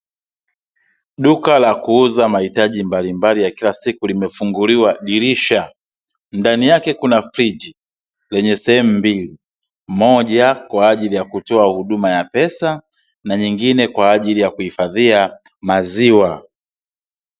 Duka la kuuza mahitaji mbalimbali ya kila siku limefunguliwa dirisha. Ndani yake kuna friji lenye sehemu mbili: moja kwa ajili ya kutoa huduma ya pesa na nyingine kwa ajili ya kuhifadhia maziwa.